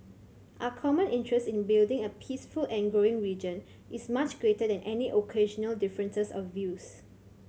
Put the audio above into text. our common interest in building a peaceful and growing region is much greater than any occasional differences of views